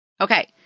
Okay